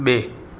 બે